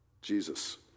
Jesus